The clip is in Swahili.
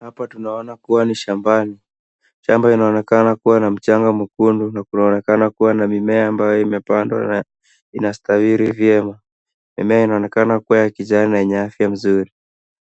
Hapa tunaona kuwa ni shambani. Shamba inaonekana kuwa na mchanga mwekundu na kunaonekana kuwa na mimea ambayo imepandwa na ina nawiri vyema. Mimea inaonekana kuwa ya kijani na yenye afya mzuri.